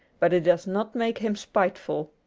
but it does not make him spiteful.